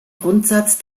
grundsatz